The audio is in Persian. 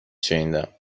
شنیدم